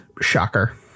Shocker